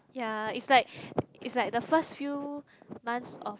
ya is like is like the first few months of